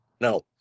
No